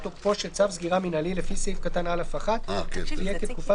תוקפו של צו סגירה מינהלי לפי סעיף קטן (א)(1) תהיה כתקופת